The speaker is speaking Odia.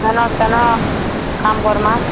ସେନ ସେନ କାମ୍ କର୍ମା